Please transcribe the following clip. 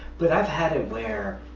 but i've had it where,